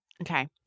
okay